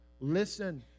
Listen